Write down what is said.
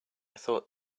thought